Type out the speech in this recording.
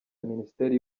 minisiteri